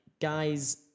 guys